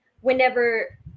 whenever